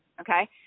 Okay